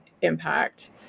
impact